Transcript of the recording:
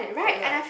then like